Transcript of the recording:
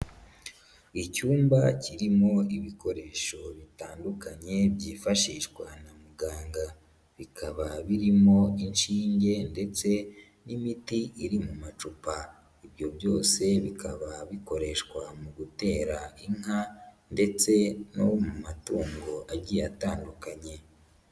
Icyumba kirimo ibikoresho bitandukanye byifashishwa na muganga, bikaba birimo inshinge ndetse n'imiti iri mu macupa, ibyo byose bikaba bikoreshwa mu gutera inka ndetse no mu matungo agiye atandukanye.